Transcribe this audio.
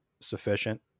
sufficient